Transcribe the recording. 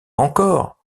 encore